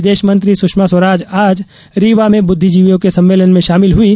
विदेश मंत्री सुषमा स्वराज आज रीवा में बुद्धिजीवियों के सम्मेलन में शामिल हुईं